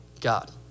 God